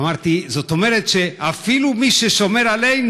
אמרתי: זאת אומרת שאפילו מי ששומר עלינו